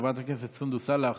חברת הכנסת סונדוס סאלח,